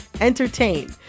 entertain